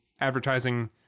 advertising